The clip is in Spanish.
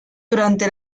durante